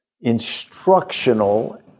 instructional